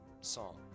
song